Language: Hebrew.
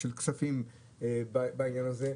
כספים בעניין הזה.